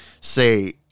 say